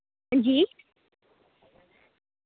हां जी